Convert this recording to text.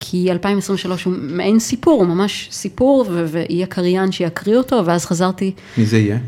כי 2023 אין סיפור, ממש, סיפור ויהיה קריין שיקריא אותו, ואז חזרתי. מי זה יהיה?